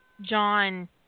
John